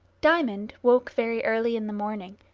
diamond woke very early in the morning,